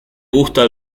gusta